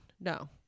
No